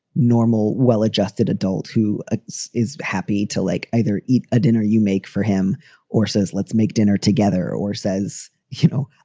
normal, well-adjusted adult who is happy to, like, either eat a dinner you make for him or says, let's make dinner together or says, you know,